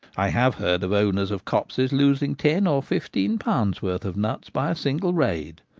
i have heard of owners of copses losing ten or fifteen pounds' worth of nuts by a single raid.